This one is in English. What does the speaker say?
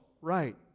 right